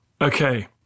okay